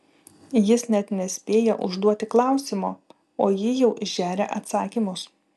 jis net nespėja užduoti klausimo o ji jau žeria atsakymus